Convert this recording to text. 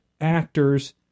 actors